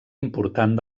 important